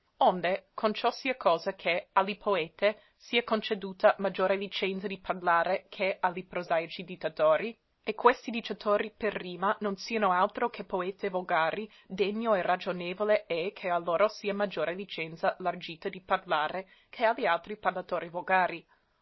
onde con ciò sia cosa che a li poete sia conceduta maggiore licenza di parlare che a li prosaici dittatori e questi dicitori per rima non siano altro che poete volgari degno e ragionevole è che a loro sia maggiore licenzia largita di parlare che a li altri parlatori volgari